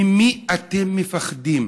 ממי אתם מפחדים?